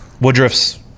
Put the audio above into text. Woodruff's